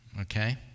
okay